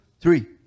three